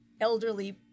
elderly